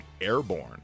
Airborne